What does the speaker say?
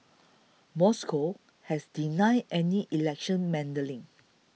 Moscow has denied any election meddling